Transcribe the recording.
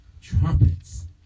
trumpets